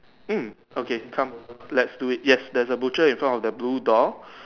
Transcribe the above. mm okay come let's do it yes there was the butcher in front of the blue door